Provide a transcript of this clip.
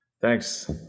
Thanks